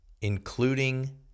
including